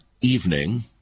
evening